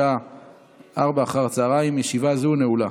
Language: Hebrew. בשעה 16:00. ישיבה זו נעולה.